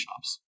shops